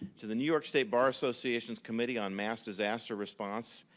to the new york state bar association's committee on mass disaster response,